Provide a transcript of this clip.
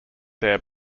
there